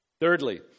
Thirdly